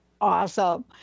Awesome